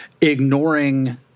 ignoring